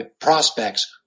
prospects